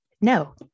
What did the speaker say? No